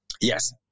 Yes